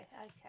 okay